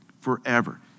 forever